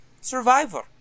Survivor